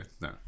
No